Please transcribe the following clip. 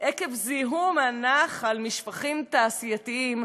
עקב זיהום הנחל משפכים תעשייתיים,